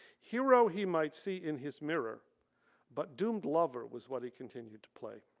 hero he might see in his mirror but doomed lover was what he continued to play.